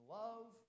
love